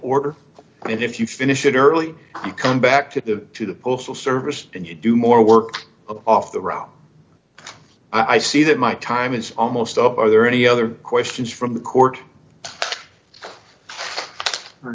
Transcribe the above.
order and if you finish it early you come back to the to the postal service and you do more work off the route i see that my time is almost up are there any other questions from the court